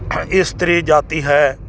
ਇਸਤਰੀ ਜਾਤੀ ਹੈ